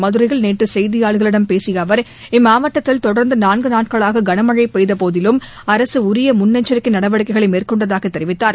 மதுரையில் நேற்று செய்தியாளர்களிடம் பேசிய அவர் இம்மாவட்டத்தில் தொடர்ந்து நான்கு நாட்களாக களமழை பெய்தபோதிலும் அரசு உரிய முன்னெச்சரிக்கை நடவடிக்கைகளை மேற்கொண்டதாக தெரிவித்தார்